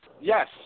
Yes